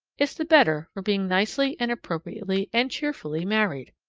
is the better for being nicely and appropriately and cheerfully married.